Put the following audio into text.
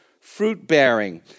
fruit-bearing